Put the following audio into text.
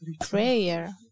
prayer